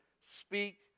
speak